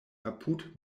apud